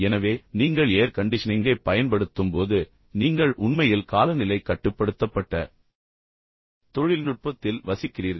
எனவே நீங்கள் ஏர் கண்டிஷனிங்கைப் பயன்படுத்தும்போது நீங்கள் உண்மையில் காலநிலை கட்டுப்படுத்தப்பட்ட தொழில்நுட்பத்தில் வசிக்கிறீர்கள்